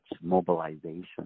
mobilization